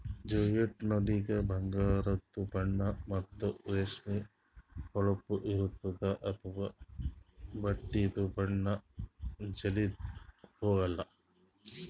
jute ನೂಲಿಗ ಬಂಗಾರದು ಬಣ್ಣಾ ಮತ್ತ್ ರೇಷ್ಮಿ ಹೊಳಪ್ ಇರ್ತ್ತದ ಅಂಥಾ ಬಟ್ಟಿದು ಬಣ್ಣಾ ಜಲ್ಧಿ ಹೊಗಾಲ್